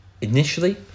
Initially